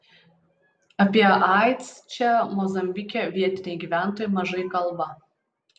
apie aids čia mozambike vietiniai gyventojai mažai kalba